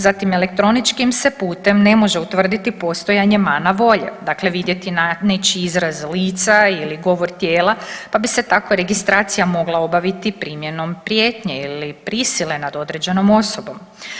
Zatim elektroničkim se putem ne može utvrditi postojanje mana volje, dakle vidjeti na nečiji izraz lica ili govor tijela, pa bi se tako registracija mogla obaviti primjenom prijetnje ili prisile nad određenom osobom.